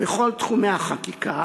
בכל תחומי החקיקה